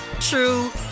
true